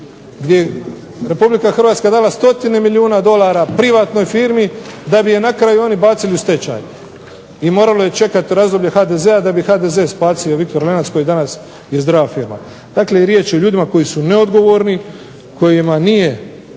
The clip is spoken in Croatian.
gdje je RH dala stotine milijuna dolara privatnoj firmi da bi je na kraju oni bacili u stečaj. I moralo je čekati razdoblje HDZ-a da bi HDZ spasio "Viktor Lenac" koji danas je zdrava firma. Dakle, riječ je o ljudima koji su neodgovorni, kojima nije